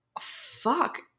fuck